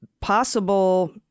possible